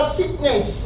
sickness